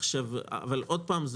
אבל עוד פעם,